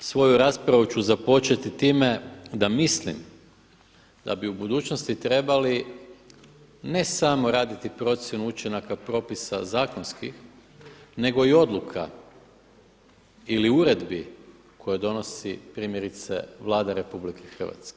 Svoju raspravu ću započeti time da mislim da bi u budućnosti trebali ne samo raditi procjenu učinaka propisa zakonskih nego i odluka ili uredbi koje donosi primjerice Vlada RH.